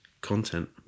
content